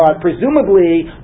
presumably